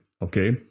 Okay